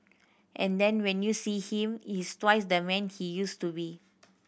and then when you see him he is twice the man he used to be